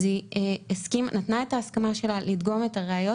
אז היא נתנה את ההסכמה שלה לדגום את הראיות,